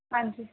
ਹਾਂਜੀ